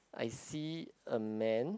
I see a man